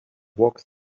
walk